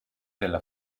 della